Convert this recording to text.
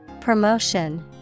Promotion